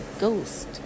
ghost